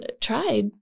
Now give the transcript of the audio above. tried